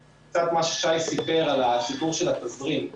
לא יודעים מתי העסקים שלנו יתחילו להזרים מזומנים בחזרה.